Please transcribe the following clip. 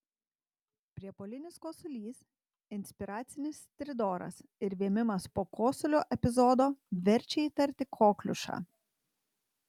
priepuolinis kosulys inspiracinis stridoras ir vėmimas po kosulio epizodo verčia įtarti kokliušą